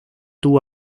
tuvo